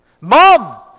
Mom